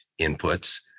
inputs